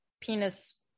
penis